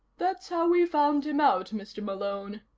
that's how we found him out, mr. malone,